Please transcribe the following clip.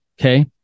okay